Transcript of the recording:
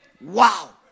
Wow